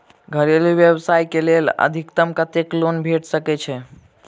घरेलू व्यवसाय कऽ लेल अधिकतम कत्तेक लोन भेट सकय छई?